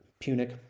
Punic